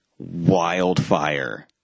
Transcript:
wildfire